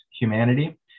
humanity